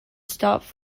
stopped